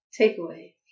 Takeaway